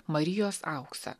marijos auksą